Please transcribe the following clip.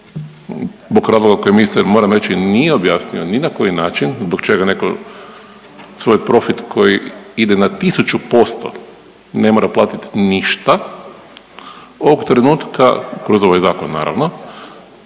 zbog razloga koji mislim nije objasnio ni na koji način z bog čega netko svoj profit koji ide na 1000% ne mora platiti ništa. Ovog trenutka kroz ovaj zakon naravno